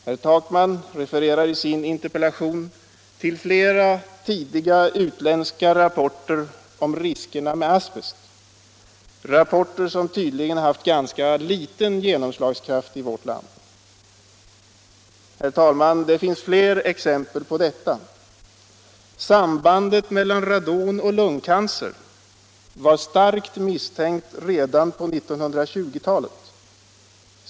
Herr Takman refererar i sin interpellation till flera utländska rapporter om riskerna med asbest, rapporter som tydligen haft ganska liten genomslagskraft i vårt land. Herr talman, det finns fler exempel på detta. Sambandet mellan radon och lungcancer var starkt misstänkt redan på 1920 talet.